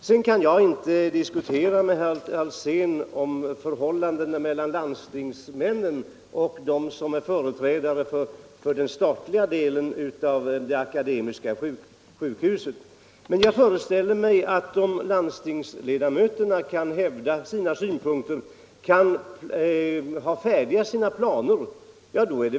Sedan kan jag inte diskutera med herr Alsén om förhållandena mellan landstingsmännen och dem som företräder den statliga delen av Akademiska sjukhuset. Jag föreställer mig emellertid att om landstingsledamöterna kan hävda sina synpunkter och har sina planer färdiga.